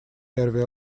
эрве